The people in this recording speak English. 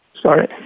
sorry